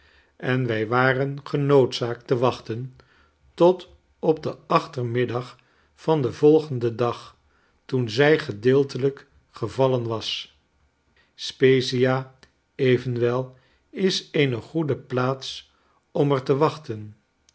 en wij war en genoodzaakt te wachten tot op den achtermiddag van den volgenden dag toen zij gedeeltelijk gevallen was spezzia evenwel is eene goede plaats om er te wachten